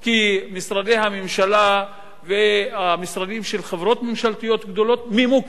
כי משרדי הממשלה והמשרדים של חברות ממשלתיות גדולות ממוקמים